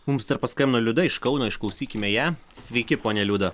mums paskambino liuda iš kauno išklausykime ją sveiki ponia liuda